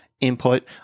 input